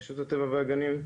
רשות הטבע והגנים,